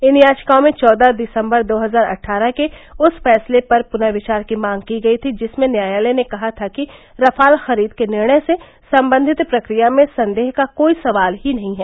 इन याचिकाओं में चौदह दिसम्बर दो हजार अट्ठारह के उस फैसले पर पुनर्विचार की मांग की गई थी जिसमें न्यायालय ने कहा था कि रफाल खरीद के निर्णय से संबंधित प्रक्रिया में संदेह का कोई सवाल ही नहीं है